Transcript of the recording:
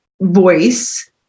voice